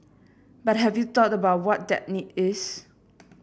but have you thought about what that need is